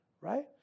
right